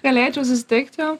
galėčiau susitikt jo